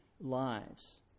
lives